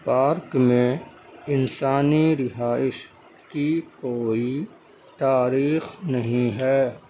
park میں انسانی رہائش کی کوئی تاریخ نہیں ہے